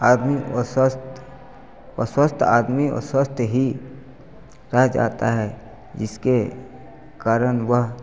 आदमी अस्वस्थ अस्वस्थ आदमी अस्वस्थ ही रह जाता है जिसके कारण वह